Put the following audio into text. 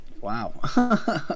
Wow